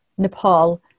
Nepal